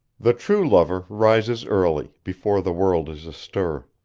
the true lover rises early, before the world is astir.